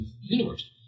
universe